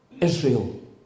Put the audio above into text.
Israel